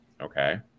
Okay